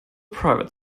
private